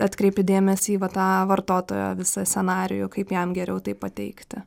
atkreipi dėmesį į va tą vartotojo visą scenarijų kaip jam geriau tai pateikti